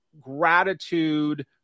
gratitude